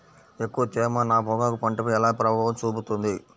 ఎక్కువ తేమ నా పొగాకు పంటపై ఎలా ప్రభావం చూపుతుంది?